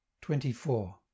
Twenty-four